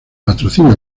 patrocinio